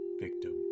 victim